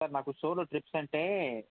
sir నాకు solo trips అంటే